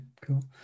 cool